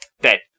Dead